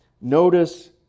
Notice